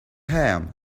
ham